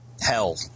hell